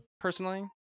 Personally